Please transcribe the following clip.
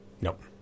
Nope